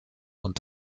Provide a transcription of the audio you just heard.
und